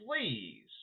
please